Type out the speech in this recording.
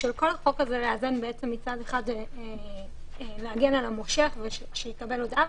החוק הזו היא לאזן מצד אחד להגן על המושך ושיקבל הודעה,